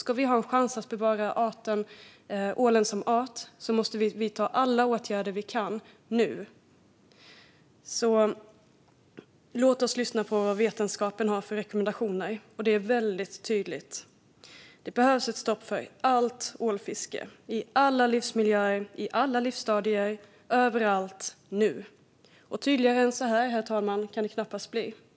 Om vi ska ha en chans att bevara ålen som art måste vi vidta alla åtgärder vi kan - nu. Låt oss lyssna på vetenskapens rekommendationer. Det är väldigt tydligt att det behövs ett stopp för allt ålfiske, i alla livsmiljöer, i alla livsstadier och överallt - nu. Tydligare än så kan det knappast bli, herr talman.